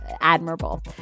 admirable